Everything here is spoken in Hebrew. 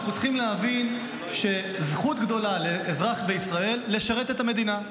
אנחנו צריכים להבין שזו זכות גדולה לאזרח בישראל לשרת את המדינה.